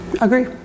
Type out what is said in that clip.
Agree